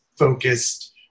focused